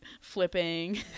flipping